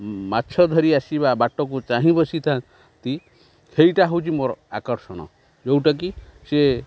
ମାଛ ଧରି ଆସିବା ବାଟକୁ ଚାହିଁ ବସିଥାନ୍ତି ସେଇଟା ହେଉଛି ମୋର ଆକର୍ଷଣ ଯେଉଁଟାକି ସିଏ